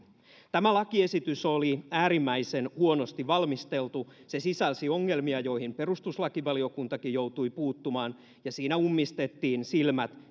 tämä lakiesitys oli äärimmäisen huonosti valmisteltu se sisälsi ongelmia joihin perustuslakivaliokuntakin joutui puuttumaan ja siinä ummistettiin silmät